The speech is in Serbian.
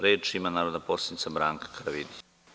Reč ima narodna poslanica Branka Karavidić.